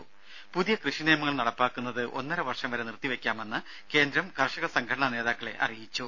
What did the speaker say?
ത പുതിയ കൃഷിനിയമങ്ങൾ നടപ്പാക്കുന്നത് ഒന്നര വർഷം വരെ നിർത്തിവെയ്ക്കാമെന്ന് കേന്ദ്രം കർഷക സംഘടനാ നേതാക്കളെ അറിയിച്ചു